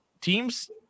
teams